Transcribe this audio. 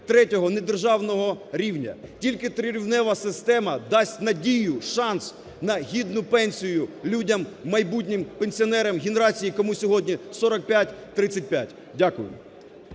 третього недержавного рівня, тільки трирівнева система дасть надію, шанс на гідну пенсію людям, майбутнім пенсіонерам генерації, кому сьогодні 45-35. Дякую.